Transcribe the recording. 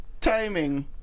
timing